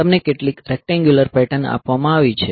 તમને કેટલીક rectangular pattern આપવામાં આવી છે